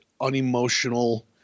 unemotional